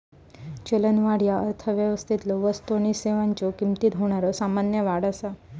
चलनवाढ ह्या अर्थव्यवस्थेतलो वस्तू आणि सेवांच्यो किमतीत होणारा सामान्य वाढ असा